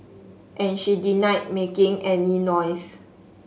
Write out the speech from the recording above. and she denied making any noise